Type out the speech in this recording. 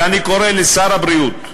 ואני קורא לשר הבריאות,